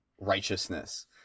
righteousness